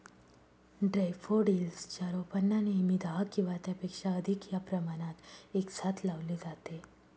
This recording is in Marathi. डैफोडिल्स च्या रोपांना नेहमी दहा किंवा त्यापेक्षा अधिक या प्रमाणात एकसाथ लावले जाते